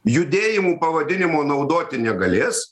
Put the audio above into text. judėjimų pavadinimų naudoti negalės